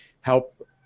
help